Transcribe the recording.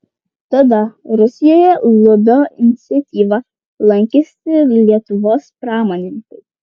tada rusijoje lubio iniciatyva lankėsi lietuvos pramonininkai